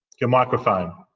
your microphone.